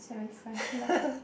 seventy five like